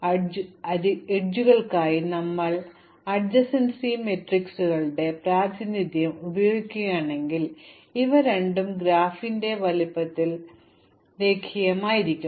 ഇപ്പോൾ അരികുകൾക്കായി ഞങ്ങൾ സമീപസ്ഥല പട്ടികകളുടെ പ്രാതിനിധ്യം ഉപയോഗിക്കുകയാണെങ്കിൽ ഇവ രണ്ടും ഗ്രാഫിന്റെ വലുപ്പത്തിൽ രേഖീയമായിരിക്കും